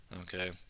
Okay